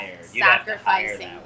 sacrificing